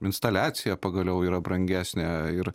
instaliacija pagaliau yra brangesnė ir